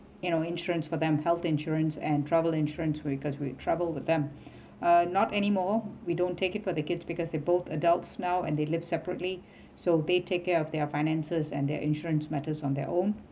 you know insurance for them health insurance and travel insurance because we travel with them uh not anymore we don't take it for the kids because they both adults now and they live separately so they take care of their finances and their insurance matters on their own